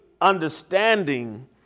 understanding